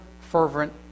fervent